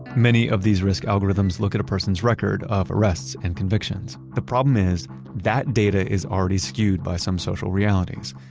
many of these risk algorithms look at a person's record of arrests and convictions. the problem is that data is already skewed by some social realities.